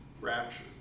rapture